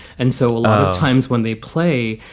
and so a lot of times when they play,